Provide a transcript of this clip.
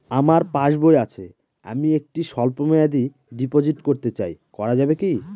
আমার পাসবই আছে আমি একটি স্বল্পমেয়াদি ডিপোজিট করতে চাই করা যাবে কি?